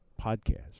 podcast